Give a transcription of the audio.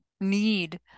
need